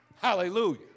Hallelujah